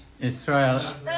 Israel